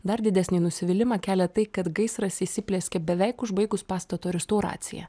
dar didesnį nusivylimą kelia tai kad gaisras įsiplieskė beveik užbaigus pastato restauraciją